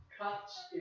cuts